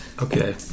Okay